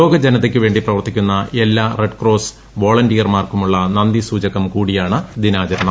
ലോകജനതയ്ക്ക് വേണ്ടി പ്രവർത്തിക്കുന്ന എല്ലാ റെഡ് ക്രോസ് വോളന്റിയർമാർക്കുമുള്ള നന്ദി സൂചകം കൂടിയാണ് ദിനാചരണം